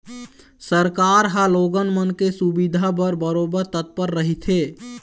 सरकार ह लोगन मन के सुबिधा बर बरोबर तत्पर रहिथे